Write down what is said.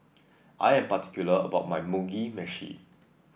I am particular about my Mugi Meshi